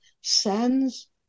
sends